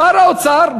שר האוצר,